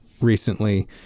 recently